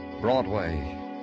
Broadway